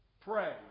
Pray